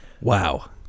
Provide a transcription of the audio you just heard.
Wow